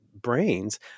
brains